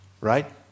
right